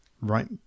right